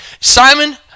Simon